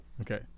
Okay